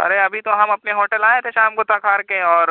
ارے ابھی تو ہم اپنے ہوٹل آئے تھے شام کو تھک ہار کے اور